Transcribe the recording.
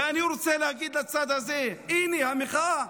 ואני רוצה להגיד לצד הזה: הינה המחאה,